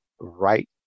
right